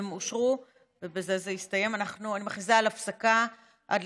(תיקון מס' 31), התשפ"א 2021,